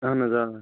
اہن حظ آ